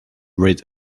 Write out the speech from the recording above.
rid